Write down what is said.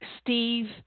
Steve